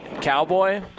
Cowboy